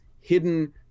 hidden